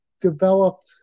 developed